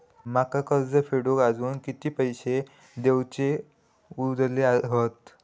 माका कर्ज फेडूक आजुन किती पैशे देऊचे उरले हत?